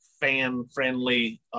fan-friendly